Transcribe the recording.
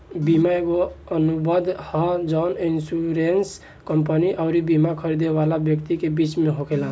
बीमा एगो अनुबंध ह जवन इन्शुरेंस कंपनी अउरी बिमा खरीदे वाला व्यक्ति के बीच में होखेला